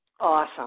Awesome